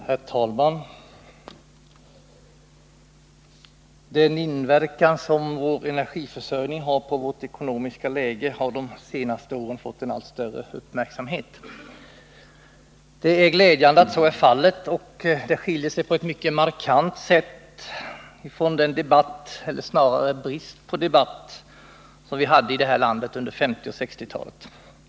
Herr talman! Den inverkan som energiförsörjningen har på vårt ekonomiska läge har de senaste åren fått en allt större uppmärksamhet. Det är glädjande att så är fallet, och det skiljer sig på ett mycket markant sätt från den debatt eller snarare brist på debatt som vi hade i det här landet under 1950 och 1960-talen.